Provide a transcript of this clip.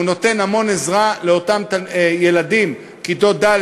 והוא נותן המון עזרה לאותם ילדים בכיתות ד',